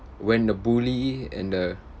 when the bully and the